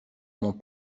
mon